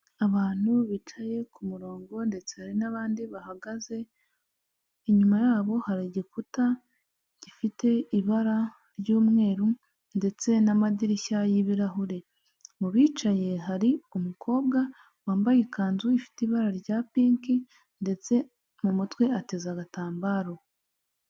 Abantu bicaye ku murongo ndetse hari n'abandi bahagaze, inyuma yabo hari igikuta gifite ibara ry'umweru ndetse n'amadirishya y'ibirahure, mu bicaye hari umukobwa wambaye ikanzu ifite ibara rya pinki ndetse mu mutwe ateze agatambaro.